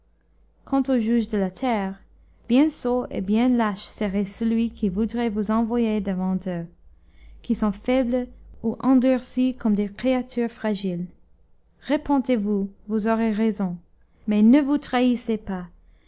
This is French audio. quant aux juges de la terre bien sot et bien lâche serait celui qui voudrait vous envoyer devant eux qui sont faibles ou endurcis comme des créatures fragiles repentez-vous vous aurez raison mais ne vous trahissez pas